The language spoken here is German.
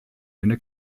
eine